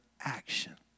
action